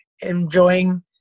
enjoying